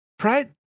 Pride